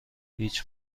هیچ